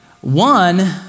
one